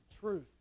truth